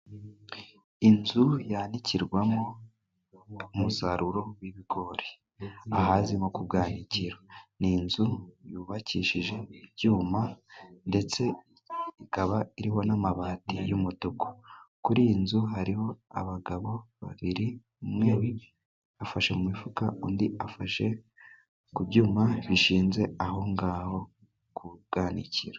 Inzu yanikirwamo umusaruro w'ibigori ,ahazwi nko ku bwahinkiro, ni inzu yubakishije ibyuma ndetse ikaba iriho n'amabati y'umutuku, kuri iyi nzu hariho abagabo babiri, umwe afashe mu mifuka, undi afashe ku byuma bishinze aho ngaho ku bwanikiro.